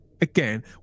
Again